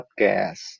podcast